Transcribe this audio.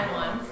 one